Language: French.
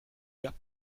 gap